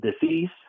disease